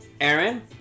Aaron